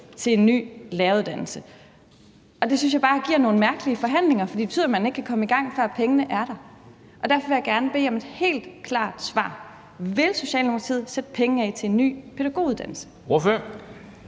til en ny læreruddannelse. Og det synes jeg bare giver nogle mærkelige forhandlinger, fordi det betyder, at man ikke kan komme i gang, før pengene er der. Derfor vil jeg gerne bede om et helt klart svar: Vil Socialdemokratiet sætte penge af til en ny pædagoguddannelse?